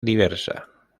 diversa